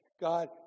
God